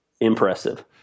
impressive